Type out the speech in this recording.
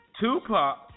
Tupac